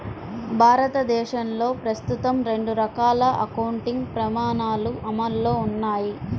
భారతదేశంలో ప్రస్తుతం రెండు రకాల అకౌంటింగ్ ప్రమాణాలు అమల్లో ఉన్నాయి